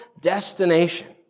destination